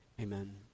Amen